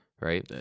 right